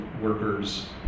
workers